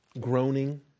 groaning